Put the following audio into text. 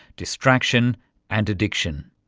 distraction and addiction.